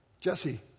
Jesse